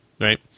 right